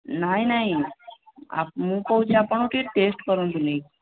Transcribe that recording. ନାଇ ନାଇ ମୁଁ କହୁଛି ଆପଣ ଟିକେ ଟେଷ୍ଟ କରନ୍ତୁ ନେଇ କି